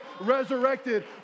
resurrected